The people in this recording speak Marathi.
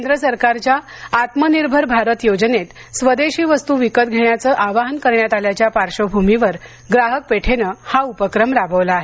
केंद्र सरकारच्या आत्मनिर्भर भारत योजनेत स्वदेशी वस्तू विकत घेण्याचं आवाहन करण्यात आल्याच्या पार्श्वभूमीवर ग्राहक पेठेनं हा उपक्रम राबवला आहे